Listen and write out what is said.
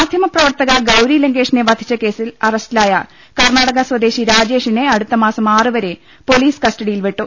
മാധ്യമപ്രവർത്തക ഗൌരി ലങ്കേഷിനെ വധിച്ച കേസിൽ അറ സ്റ്റിലായ കർണാടക സ്വദേശി രാജേഷിനെ അടുത്തമാസം ആറു വരെ പൊലീസ് കസ്റ്റഡിയിൽ വിട്ടു